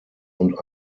und